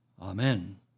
Amen